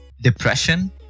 depression